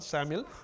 Samuel